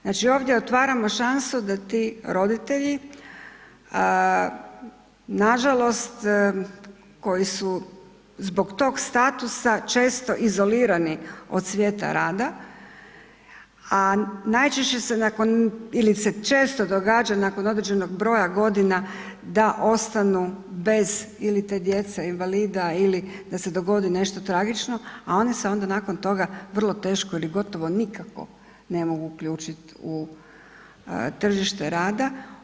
Znači ovdje otvaramo šansu da ti roditelji nažalost koji su zbog tog statusa često izolirani od svijeta rada, a najčešće se nakon ili se često događa nakon određenog broja godina da ostanu bez ili te djece invalida ili da se dogodi nešto tragično, a one se onda nakon toga vrlo teško ili gotovo nikako ne mogu uključiti u tržište rada.